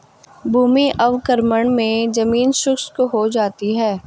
भूमि अवक्रमण मे जमीन शुष्क हो जाती है